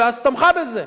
ש"ס תמכה בזה.